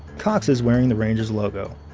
cox is wearing the rangers logo.